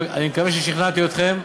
אני מקווה ששכנעתי אתכם.